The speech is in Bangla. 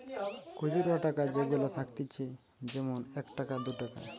খুচরা টাকা যেগুলা থাকতিছে যেমন এক টাকা, দু টাকা